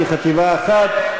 כחטיבה אחת,